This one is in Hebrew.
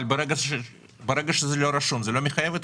אבל ברגע שזה לא רשום זה לא מחייב אתכם.